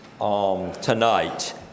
tonight